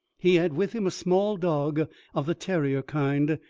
he had with him a small dog of the terrier kind,